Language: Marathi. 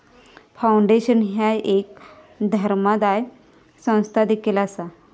फाउंडेशन ह्या एक धर्मादाय संस्था देखील असा